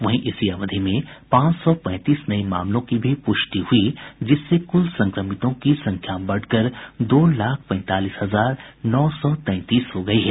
वहीं इसी अवधि में पांच सौ पैंतीस नये मामलों की भी पुष्टि हुई जिससे कुल संक्रमितों की संख्या बढ़कर दो लाख पैंतालीस हजार नौ सौ तैंतीस हो गयी है